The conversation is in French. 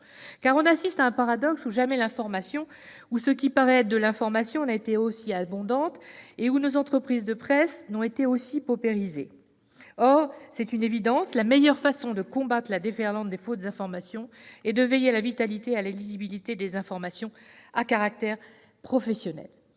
on assiste à ce paradoxe que jamais l'information, ou ce qui paraît tel, n'a été aussi abondant, alors même que nos entreprises de presse n'ont jamais été aussi paupérisées. Or, à l'évidence, la meilleure façon de combattre la déferlante des fausses informations est de veiller à la vitalité et à la lisibilité des informations à caractère professionnel.